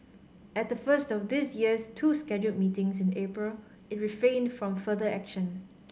at the first of this year's two scheduled meetings in April it refrained from further action